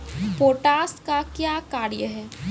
Potash का क्या कार्य हैं?